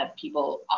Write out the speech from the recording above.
people